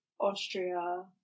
Austria